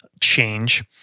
change